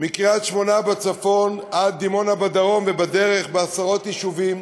מקריית-שמונה בצפון עד דימונה בדרום ובדרך בעשרות יישובים,